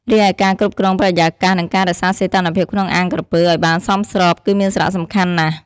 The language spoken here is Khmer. រីឯការគ្រប់គ្រងបរិយាកាស និងការរក្សាសីតុណ្ហភាពក្នុងអាងក្រពើឲ្យបានសមស្រប គឺមានសារៈសំខាន់ណាស់។